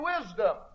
wisdom